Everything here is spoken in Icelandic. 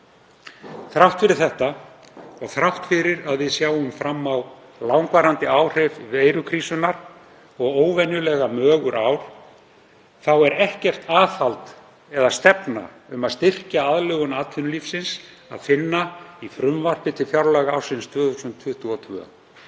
Þrátt fyrir þetta, og þrátt fyrir að við sjáum fram á langvarandi áhrif veirukrísunnar og óvenjulega mögur ár, þá er ekkert aðhald eða stefnu um að styrkja aðlögun atvinnulífsins að finna í frumvarpi til fjárlaga ársins 2022.